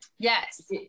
Yes